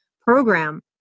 program